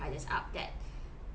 up get